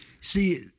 See